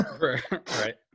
right